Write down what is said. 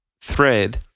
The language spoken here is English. thread